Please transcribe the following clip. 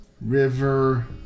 River